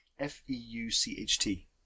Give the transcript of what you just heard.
F-E-U-C-H-T